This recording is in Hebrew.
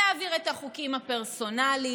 להעביר את החוקים הפרסונליים,